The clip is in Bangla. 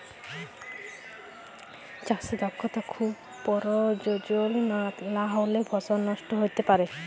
চাষে দক্ষতা খুব পরয়োজল লাহলে ফসল লষ্ট হ্যইতে পারে